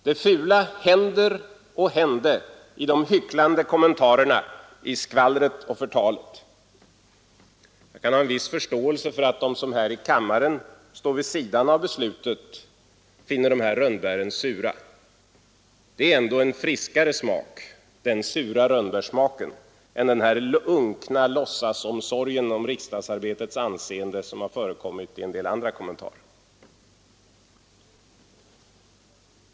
Det fula hände i de hycklande kommentarerna, i skvallret och förtalet. Man kan ha viss förståelse för att de här i kammaren som står vid sidan av beslutet finner de här rönnbären sura. Men den sura rönnbärssmaken är i alla fall långt friskare än den unkna låtsasomsorgen om riksdagsarbetets anseende som förekommit i en del andra kommentarer.